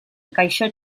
gaixo